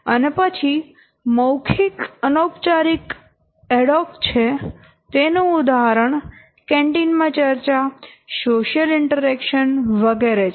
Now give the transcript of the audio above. અને પછી મૌખિક અનૌપચારિક એડહોક છે તેનું ઉદાહરણ કેન્ટીન માં ચર્ચા સોશિયલ ઈન્ટરેક્શન વગેરે છે